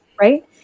right